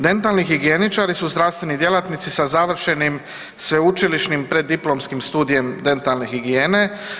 Dentalni higijeničari su zdravstveni djelatnici sa završenim sveučilišnim preddiplomskim studijem dentalne higijene.